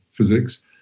Physics